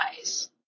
eyes